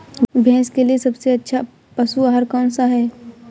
भैंस के लिए सबसे अच्छा पशु आहार कौन सा है?